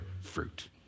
fruit